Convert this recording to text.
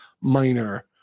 minor